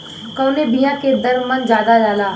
कवने बिया के दर मन ज्यादा जाला?